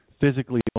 physically